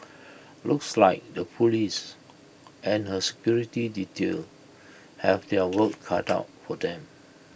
looks like the Police and her security detail have their work cut out for them